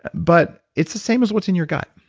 but, it's the same as what's in your gut.